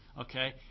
Okay